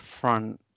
front